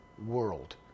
world